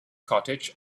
cottage